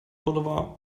boulevard